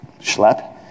schlep